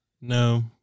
no